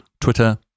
Twitter